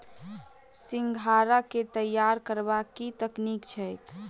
सिंघाड़ा केँ तैयार करबाक की तकनीक छैक?